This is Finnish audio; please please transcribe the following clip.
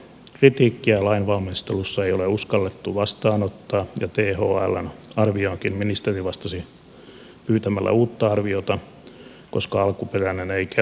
kritiikkiä lainvalmistelussa ei ole uskallettu vastaanottaa ja thln arvioonkin ministeri vastasi pyytämällä uutta arviota koska alkuperäinen ei kelvannut